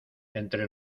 entre